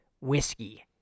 Whiskey